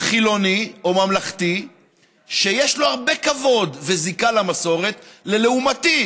חילוני או ממלכתי שיש לו הרבה כבוד וזיקה למסורת ללעומתי,